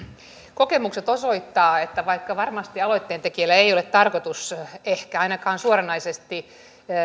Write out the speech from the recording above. kokemukset osoittavat että vaikka varmasti aloitteen tekijöillä ei ole tarkoitus ehkä ainakaan suoranaisesti